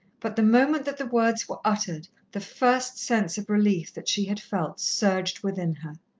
but the moment that the words were uttered, the first sense of relief that she had felt surged within her.